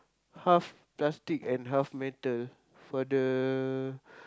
half plastic and half metal for the